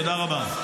תודה רבה.